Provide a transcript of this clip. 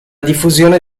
diffusione